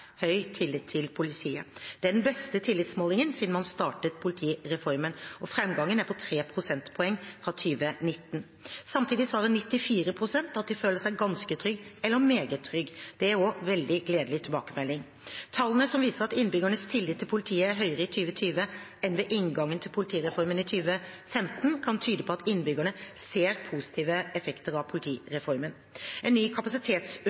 høy tillit til politiet. Det er den beste tillitsmålingen siden man startet politireformen, og framgangen er på tre prosentpoeng fra 2019. Samtidig svarer 94 pst. at de føler seg ganske trygge eller meget trygge. Det er også en veldig gledelig tilbakemelding. Tallene som viser at innbyggernes tillit til politiet er høyere i 2020 enn ved inngangen til politireformen i 2015, kan tyde på at innbyggerne ser positive effekter av politireformen. En ny